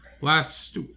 last